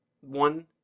one